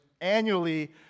annually